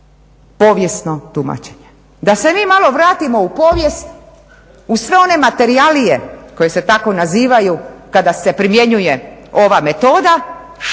povijesno tumačenje. Da se mi malo vratimo u povijest u sve one materijalije koje se tako nazivaju kada se primjenjuje ova metoda koji